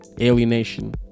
alienation